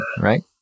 right